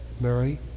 Mary